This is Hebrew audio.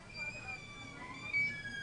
עכשיו,